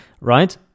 Right